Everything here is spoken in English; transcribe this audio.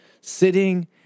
sitting